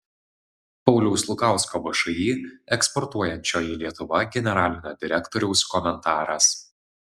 pauliaus lukausko všį eksportuojančioji lietuva generalinio direktoriaus komentaras